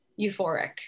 euphoric